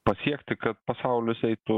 pasiekti kad pasaulis eitų